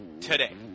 today